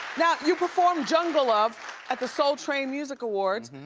now, you performed jungle love at the soul train music awards.